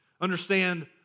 Understand